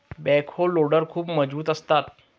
backhoe loader खूप मजबूत असतात